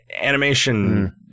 animation